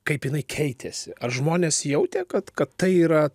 kaip jinai keitėsi ar žmonės jautė kad kad tai yra